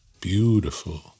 Beautiful